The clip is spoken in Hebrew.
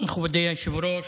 מכובדי היושב-ראש,